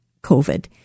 COVID